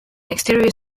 exterior